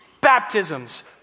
Baptisms